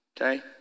Okay